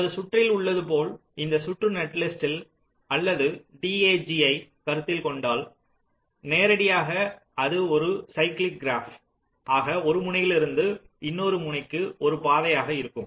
உனது சுற்றில் உள்ளது போல் இந்த சுற்று நெட்லிஸ்ட் அல்லது அந்த DAG யை கருத்தில் கொண்டால் நேரடியாக அது ஒரு சைலிக் கிராப் ஆக ஒரு முனையிலிருந்து இன்னொரு முனைக்கு ஒரு பாதையாக இருக்கும்